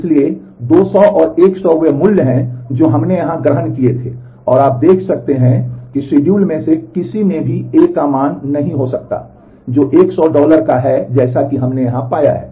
इसलिए 200 और 100 वे मूल्य हैं जो हमने यहां ग्रहण किए थे और आप देख सकते हैं कि शेड्यूल में से किसी में भी A का मान नहीं हो सकता है जो 100 डॉलर का है जैसा कि हमने यहां पाया है